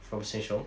from Sheng Siong